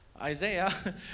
Isaiah